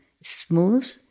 smooth